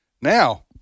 Now